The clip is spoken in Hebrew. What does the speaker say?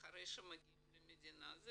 כשמגיעים למדינה.